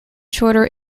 shorter